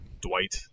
dwight